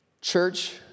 Church